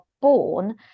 born